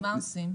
אז מה עושים?